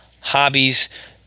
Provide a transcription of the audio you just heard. hobbies